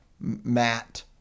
Matt